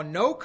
no